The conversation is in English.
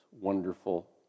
wonderful